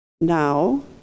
Now